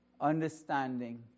understanding